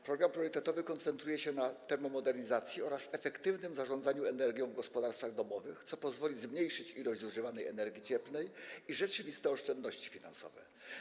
Program priorytetowy koncentruje się na termomodernizacji oraz efektywnym zarządzaniu energią w gospodarstwach domowych, co pozwoli zmniejszyć ilość zużywanej energii cieplnej i zapewni rzeczywiste oszczędności finansowe.